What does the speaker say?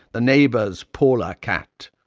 the neighbour's polar cat.